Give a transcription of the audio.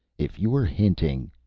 if you're hinting.